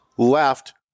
left